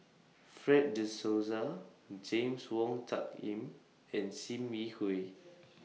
Fred De Souza James Wong Tuck Yim and SIM Yi Hui